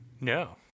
No